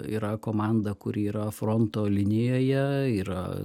yra komanda kuri yra fronto linijoje yra